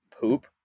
poop